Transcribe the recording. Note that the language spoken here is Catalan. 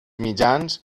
mitjans